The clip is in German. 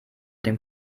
dem